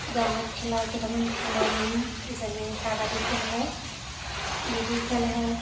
গাঁৱত খেলা কেইটামান খেলৰ নাম যেনে কাবাডি খেল হয় লুডু খেল হয়